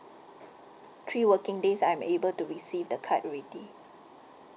three working days I'm able to receive the card already